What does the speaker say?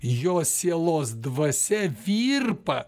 jo sielos dvasia virpa